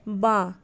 বাঁ